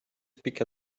speak